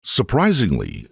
Surprisingly